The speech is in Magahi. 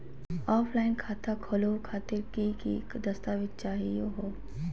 ऑफलाइन खाता खोलहु खातिर की की दस्तावेज चाहीयो हो?